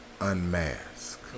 unmask